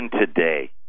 today